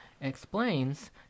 explains